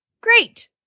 Great